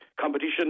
competition